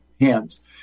hands